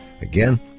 Again